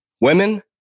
Women